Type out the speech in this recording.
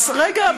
רגע,